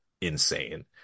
insane